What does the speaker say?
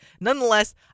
nonetheless